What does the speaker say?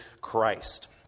Christ